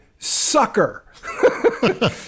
Sucker